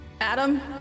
Adam